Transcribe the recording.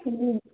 ಹ್ಞೂ